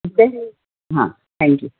ٹھیک ہے ہاں تھینک یو